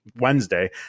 Wednesday